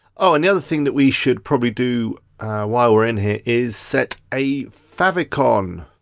oh and the other thing that we should probably do while we're in here is set a favicon.